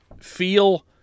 feel